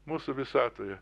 mūsų visatoje